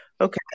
Okay